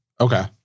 Okay